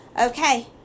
okay